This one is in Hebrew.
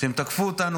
שהם תקפו אותנו,